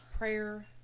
Prayer